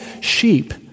sheep